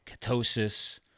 ketosis